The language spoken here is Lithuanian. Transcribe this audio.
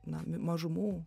na mažumų